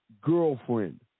girlfriend